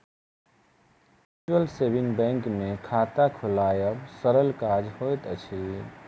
mutual saving bank मे खाता खोलायब सरल काज होइत अछि